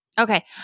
Okay